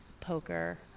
poker